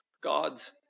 God's